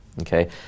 okay